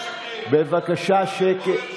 בבקשה, שקט.